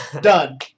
Done